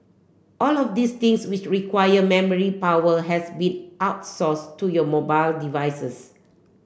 all of these things which require memory power has been outsource to your mobile devices